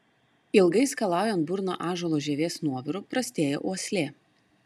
ilgai skalaujant burną ąžuolo žievės nuoviru prastėja uoslė